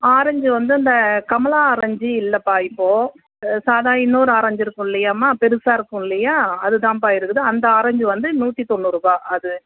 orange வந்து அந்த Kamala orange இல்லைப்பா இப்போ சாதா இன்னொரு ஆரஞ்சு இருக்கும் இல்லையாம்மா பெருசாக இருக்கும் இல்லையா அது தான்ப்பா இருக்குது அந்த ஆரஞ்சு வந்து நூற்றி தொண்ணூறுபாய் அது